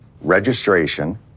registration